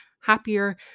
happier